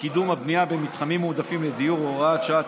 לקידום הבנייה במתחמים מועדפים לדיור (הוראת שעה),